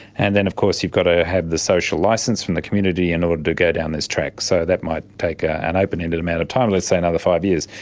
and then of course you've got to have the social licence from the community in order to go down this track, so that might take ah an open-ended amount of time, let's say another five years.